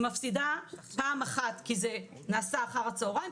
היא מפסידה פעם אחת כי זה נעשה אחר הצהריים,